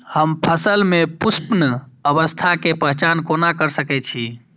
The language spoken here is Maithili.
हम फसल में पुष्पन अवस्था के पहचान कोना कर सके छी?